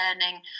learning